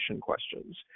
questions